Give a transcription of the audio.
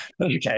Okay